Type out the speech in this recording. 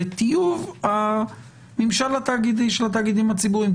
טיוב הממשל התאגידי של התאגידים הציבוריים.